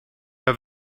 have